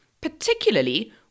particularly